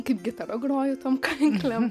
kaip gitara groju tom kanklėm